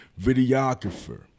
videographer